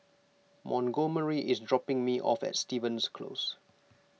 Montgomery is dropping me off at Stevens Close